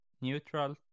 neutral